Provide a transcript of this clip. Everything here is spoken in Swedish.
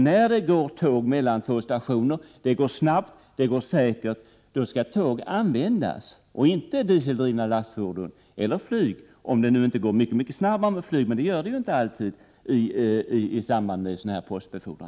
När det går tåg mellan två stationer, snabbt och säkert, då skall tåg användas och inte dieseldrivna lastfordon eller flyg — om det nu inte går mycket, mycket snabbare med flyg, men det gör det ju inte alltid i samband med postbefordran.